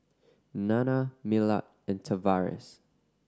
Nanna Millard and Tavares